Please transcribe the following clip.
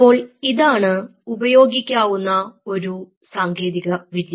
അപ്പോൾ ഇതാണ് ഉപയോഗിക്കാവുന്ന ഒരു സങ്കേതികവിദ്യ